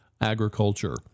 agriculture